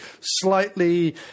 slightly